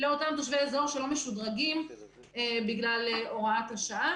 לאותם תושבי אזור שלא משודרגים בגלל הוראת השעה.